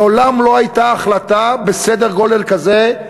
מעולם לא הייתה החלטה בסדר-גודל כזה,